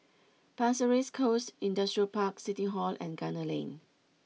Pasir Ris Coast Industrial Park City Hall and Gunner Lane